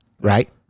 right